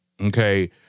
Okay